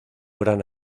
gran